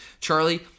Charlie